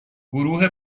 گروه